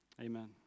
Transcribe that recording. amen